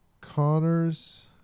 Connors